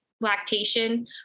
lactation